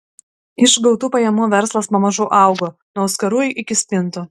iš gautų pajamų verslas pamažu augo nuo auskarų iki spintų